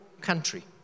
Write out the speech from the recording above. country